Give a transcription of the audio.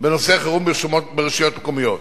בנושא חירום ברשויות מקומיות,